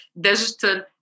digital